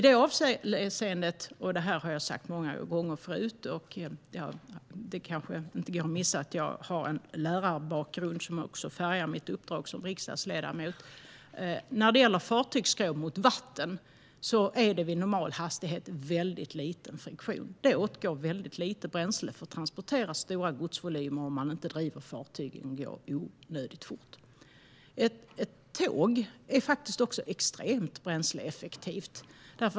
Det här har jag sagt många gånger förut; det kanske inte går att missa att jag har en lärarbakgrund som också färgar mitt uppdrag som riksdagsledamot: När det gäller fartygsskrov mot vatten är det vid normal hastighet väldigt liten friktion. Det åtgår väldigt lite bränsle för att transportera stora godsvolymer om man inte driver fartygen att gå onödigt fort. Ett tåg är faktiskt också extremt bränsleeffektivt.